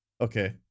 Okay